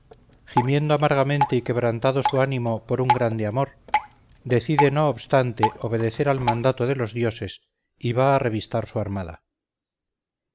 gimiendo amargamente y quebrantado su ánimo por un grande amor decide no obstante obedecer al mandato de los dioses y va a revistar su armada